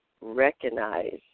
recognize